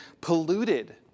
polluted